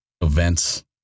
events